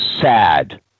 sad